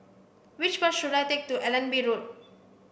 which bus should I take to Allenby Road